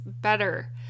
better